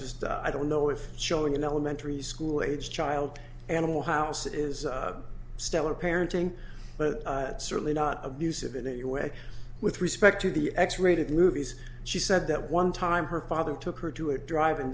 just i don't know if showing an elementary school aged child animal house is stellar parenting but certainly not abusive in any way with respect to the x rated movies she said that one time her father took her to a drive in